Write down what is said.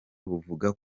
buvuga